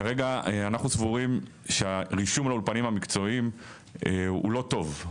כרגע אנחנו סבורים שהרישום לאולפנים המקצועיים הוא לא טוב,